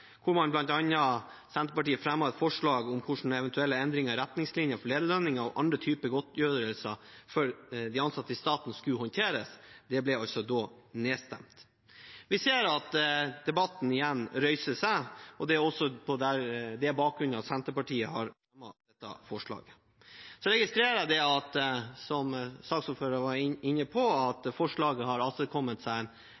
et forslag om hvordan eventuelle endringer i retningslinjene for lederlønninger og andre typer godtgjørelser for de ansatte i staten skulle håndteres. Det ble nedstemt. Vi ser at debatten igjen reises, og det er på den bakgrunn Senterpartiet har fremmet dette forslaget. Jeg registrerer det som saksordføreren var inne på, at